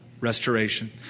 restoration